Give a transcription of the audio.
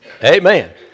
Amen